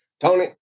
Tony